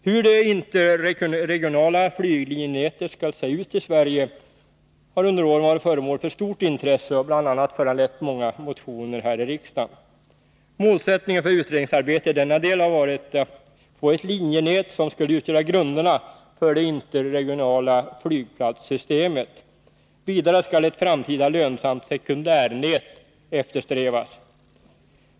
Hur det interregionala flyglinjenätet skall se ut i Sverige har under åren varit föremål för stort intresse och bl.a. föranlett många motioner i riksdagen. Målsättningen för utredningsarbetet i denna del har varit att få ett linjenät som skulle utgöra grunderna för det interregionala flygplatssystemet. Vidare skall ett framtida lönsamt sekundärnät eftersträvas.